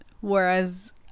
whereas